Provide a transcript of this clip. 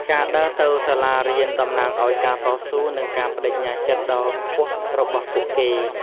ការដើរទៅសាលារៀនតំណាងឱ្យការតស៊ូនិងការប្តេជ្ញាចិត្តដ៏ខ្ពស់របស់ពួកគេ។